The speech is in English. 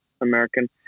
American